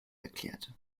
erklärte